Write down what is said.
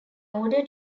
order